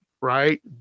right